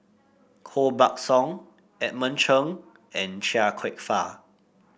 Koh Buck Song Edmund Cheng and Chia Kwek Fah